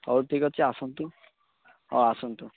ହଉ ଠିକ୍ ଅଛି ଆସନ୍ତୁ ହଉ ଆସନ୍ତୁ